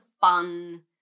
fun